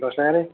ଦୋସାରେ